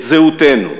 את זהותנו.